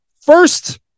First